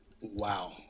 Wow